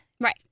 Right